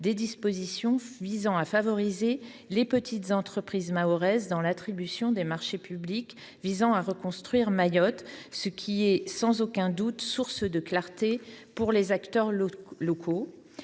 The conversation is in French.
des dispositions visant à favoriser les petites entreprises mahoraises lors de l’attribution des marchés publics destinés à reconstruire Mayotte. Ces dispositions seront sans aucun doute source de clarté pour les acteurs locaux.